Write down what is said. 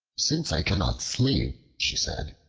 since i cannot sleep, she said,